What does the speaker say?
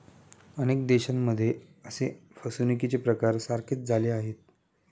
अनेक देशांमध्ये असे फसवणुकीचे प्रकार सारखेच झाले आहेत